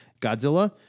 Godzilla